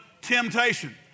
temptation